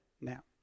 Now